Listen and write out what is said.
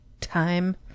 time